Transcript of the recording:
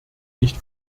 nicht